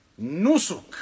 Nusuk